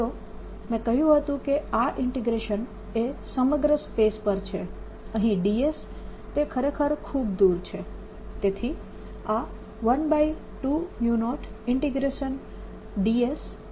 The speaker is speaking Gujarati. યાદ કરો મેં કહ્યું હતું કે આ ઇન્ટીગ્રેશન એ સમગ્ર સ્પેસ પર છે અહીં ds એ ખરેખર ખૂબ દૂર છે તેથી આ 120ds બનશે